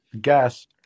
gas